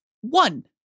one